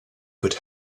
could